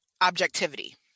objectivity